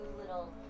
little